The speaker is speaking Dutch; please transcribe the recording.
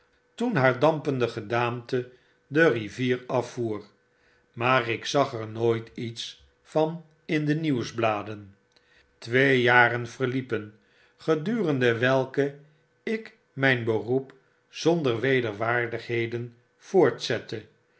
toen haar dampende gedaante de rivier af voer maar ik zag er nooit iets van in de nieuwsbladen twee jaren verliepen gedurende welke ik myn beroep zonder wederwaardigheden voortzette